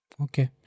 Okay